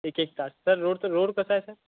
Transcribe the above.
एक एक तास सर रोड रोड कसा आहे सर